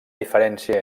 diferències